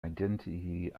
identity